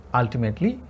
ultimately